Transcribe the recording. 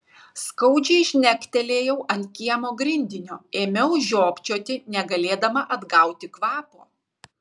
skaudžiai žnektelėjau ant kiemo grindinio ėmiau žiopčioti negalėdama atgauti kvapo